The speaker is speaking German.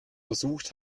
versucht